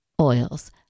oils